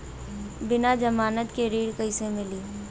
बिना जमानत के ऋण कईसे मिली?